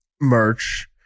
merch